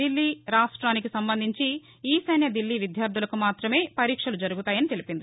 దిల్లీ రాష్ట్రానికి సంబంధించి ఈశాన్య దిల్లీ విద్యార్థులకు మాతమే పరీక్షలు జరుగుతాయని తెలిపింది